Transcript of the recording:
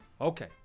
Okay